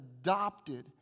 adopted